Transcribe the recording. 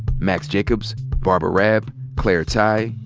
max jacobs, barbara raab, claire tighe,